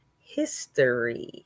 history